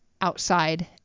outside